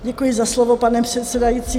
Děkuji za slovo, pane předsedající.